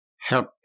help